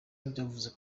byavuzwe